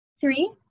Three